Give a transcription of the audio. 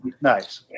nice